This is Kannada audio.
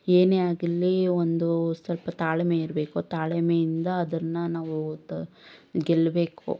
ಏನೇ ಆಗಲಿ ಒಂದು ಸ್ವಲ್ಪ ತಾಳ್ಮೆ ಇರಬೇಕು ತಾಳ್ಮೆಯಿಂದ ಅದನ್ನು ನಾವು ಗೆಲ್ಲಬೇಕು